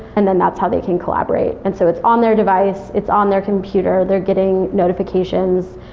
and then that's how they can collaborate. and so it's on their device. it's on their computer. they're getting notifications.